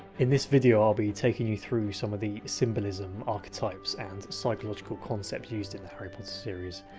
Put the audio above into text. in this video, i'll be taking you through some of the symbolism, archetypes and psychological concepts used in the harry potter series.